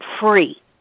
free